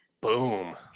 boom